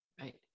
Right